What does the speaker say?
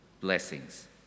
Blessings